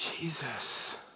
Jesus